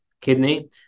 kidney